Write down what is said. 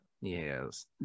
Yes